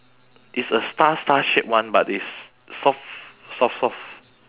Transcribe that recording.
it's a star star shape one but it's soft soft soft